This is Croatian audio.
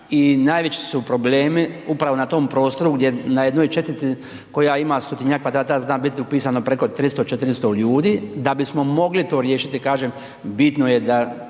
i najveći su problemi upravo na tom prostoru gdje na jednoj čestici koja ima stotinjak kvadrata zna biti upisano preko 300, 400 ljudi, da bismo mogli to riješiti, kažem da Vlada